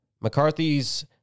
McCarthy's